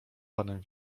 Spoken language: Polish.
panem